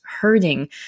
hurting